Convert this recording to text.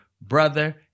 brother